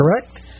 correct